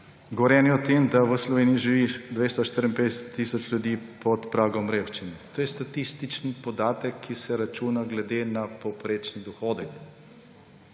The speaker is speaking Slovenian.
Govorjenje o tem, da v Sloveniji živi 254 tisoč ljudi pod pragom revščine. To je statistični podatek, ki se računa glede na povprečni dohodek.